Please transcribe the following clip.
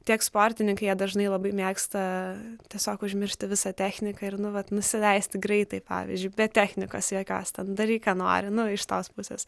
tiek sportininkai jie dažnai labai mėgsta tiesiog užmiršti visą techniką ir nu vat nusileisti greitai pavyzdžiui be technikos jokios ten daryk ką nori nu iš tos pusės